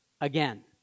again